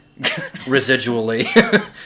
residually